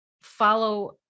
follow